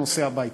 נוסע הביתה.